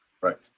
Right